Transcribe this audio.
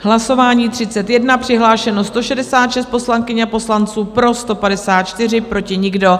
Hlasování číslo 31, přihlášeno 166 poslankyň a poslanců, pro 154, proti nikdo.